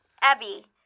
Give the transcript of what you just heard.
Abby